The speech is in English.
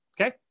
Okay